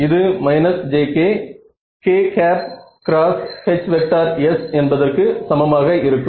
இது jk என்பதற்கு சமமாக இருக்கும்